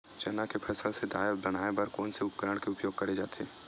चना के फसल से दाल बनाये बर कोन से उपकरण के उपयोग करे जाथे?